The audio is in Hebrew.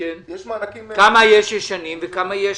יש מענקים --- כמה יש ישנים וכמה יש